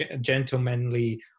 gentlemanly